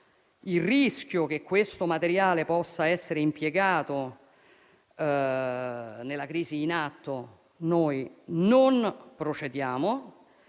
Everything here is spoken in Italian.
il rischio che questo materiale sia impiegato nella crisi in atto, non procediamo,